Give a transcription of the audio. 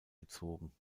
gezogen